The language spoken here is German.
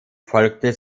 folgte